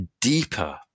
deeper